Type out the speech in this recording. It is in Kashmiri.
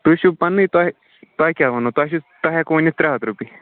تُہۍ چھِو پَنٕنی تۄہہِ تۄہہِ کیٛاہ وَنہو تۄہہِ چھُ تۄہہِ ہٮ۪کو ؤنِتھ ترٛےٚ ہَتھ رۄپیہِ